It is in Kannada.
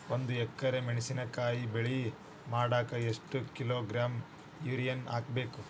ಒಂದ್ ಎಕರೆ ಮೆಣಸಿನಕಾಯಿ ಬೆಳಿ ಮಾಡಾಕ ಎಷ್ಟ ಕಿಲೋಗ್ರಾಂ ಯೂರಿಯಾ ಹಾಕ್ಬೇಕು?